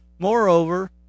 Moreover